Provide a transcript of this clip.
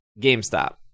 GameStop